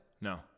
No